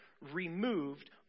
removed